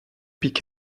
pick